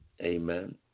amen